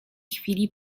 chwili